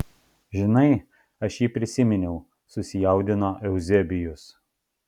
žinai aš jį prisiminiau susijaudino euzebijus